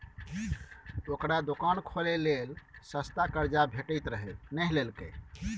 ओकरा दोकान खोलय लेल सस्ता कर्जा भेटैत रहय नहि लेलकै